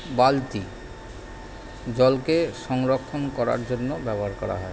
বালতি জলকে সংরক্ষণ করার জন্য ব্যবহার করা হয়